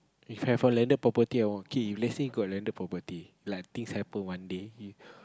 if have a landed property I won't K if let's say got landed property like things happen one day